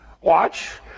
watch